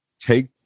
take